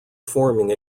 forming